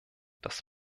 dass